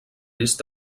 risc